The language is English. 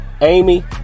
Amy